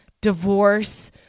divorce